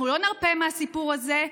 אנחנו לא נרפה מהסיפור הזה.